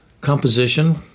composition